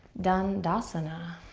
dandasana.